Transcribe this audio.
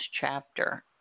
chapter